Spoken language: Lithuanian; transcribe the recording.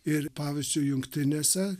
ir pavyzdžiui jungtinėse